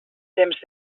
temps